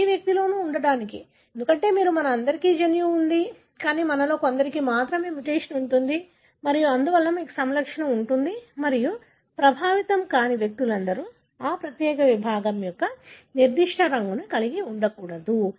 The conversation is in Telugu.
ప్రతి వ్యక్తిలో ఉండటానికి ఎందుకంటే మీరు మనందరికీ జన్యువు ఉంది కానీ మనలో కొందరికి మాత్రమే మ్యుటేషన్ ఉంటుంది మరియు అందువల్ల మీకు సమలక్షణం ఉంటుంది మరియు ప్రభావితం కాని వ్యక్తులందరూ ఆ ప్రత్యేక భాగం యొక్క నిర్దిష్ట రంగును కలిగి ఉండకూడదు